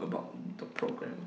about the programme